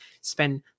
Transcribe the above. spend